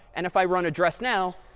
and if i run address now,